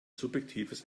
subjektives